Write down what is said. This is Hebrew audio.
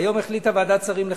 לא, אני רוצה להגיד לך.